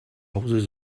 houses